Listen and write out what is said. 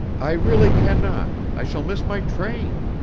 i really can not, i shall miss my train.